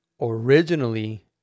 originally